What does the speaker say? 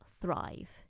thrive